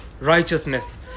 righteousness